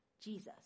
Jesus